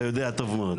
אתה יודע טוב מאוד.